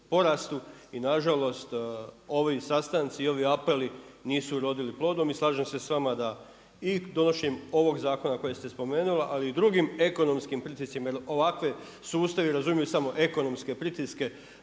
I na žalost ovi sastanci i ovi apeli nisu urodili plodom. I slažem se sa vama da i donošenjem ovog zakona kojeg ste spomenula, ali i drugim ekonomskim pritiscima, jer ovakvi sustavi razumiju samo ekonomske pritiske